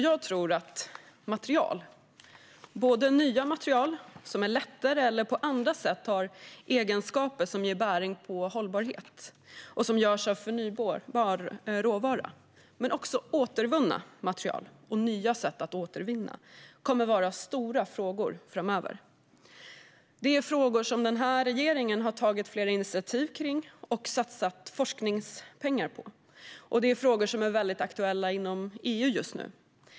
Jag tror att frågor om material - nya material som är lättare eller på andra sätt har egenskaper som har bäring på hållbarhet och som görs av förnybar råvara men också återvunna material och nya sätt att återvinna - kommer att vara stora frågor framöver. Det är frågor som den här regeringen har tagit flera initiativ kring och satsat forskningspengar på, och det är frågor som är mycket aktuella inom EU just nu.